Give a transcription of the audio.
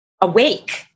awake